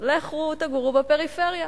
לכן תגורו בפריפריה.